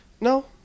No